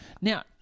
now